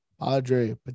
Padre